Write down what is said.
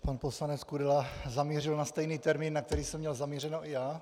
Pan poslanec Kudela zamířil na stejný termín, na který jsem měl zamířeno i já.